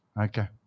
okay